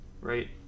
Right